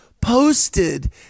posted